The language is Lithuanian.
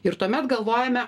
ir tuomet galvojame